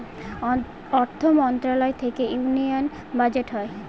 অর্থ মন্ত্রণালয় থেকে ইউনিয়ান বাজেট হয়